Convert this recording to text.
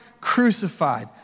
crucified